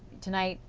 tonight,